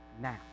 now